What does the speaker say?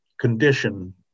condition